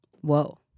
whoa